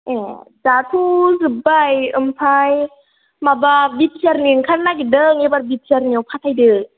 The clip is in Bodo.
ओ दाथ' जोब्बाय आमफ्राय माबा बि टि आरनि ओंखारनो नागिरदों एबार बि टि आरनियाव फाथायदो